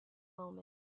moment